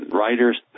writers